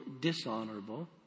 dishonorable